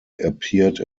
appeared